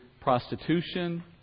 prostitution